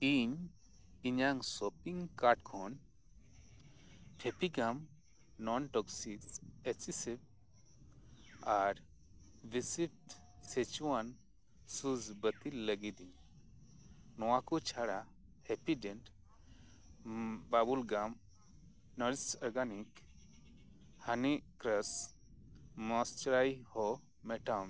ᱤᱧ ᱤᱧᱟᱹᱜ ᱠᱷᱚᱱ ᱟᱨ ᱵᱟᱹᱛᱤᱞ ᱞᱟᱹᱜᱤᱫᱤᱧ ᱱᱚᱣᱟ ᱠᱚ ᱪᱷᱟᱲᱟ ᱦᱚᱸ ᱢᱮᱴᱟᱣ ᱢᱮ